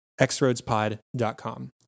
xroadspod.com